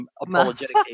apologetic